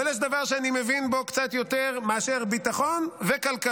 אבל יש דבר שאני מבין בו קצת יותר מאשר ביטחון וכלכלה,